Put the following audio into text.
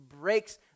breaks